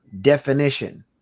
definition